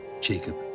Jacob